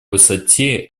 высоте